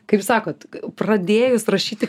kaip sakot pradėjus rašyti